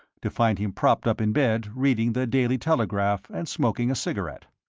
to find him propped up in bed reading the daily telegraph and smoking a cigarette.